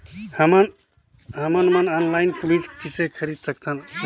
हमन मन ऑनलाइन बीज किसे खरीद सकथन?